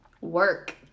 work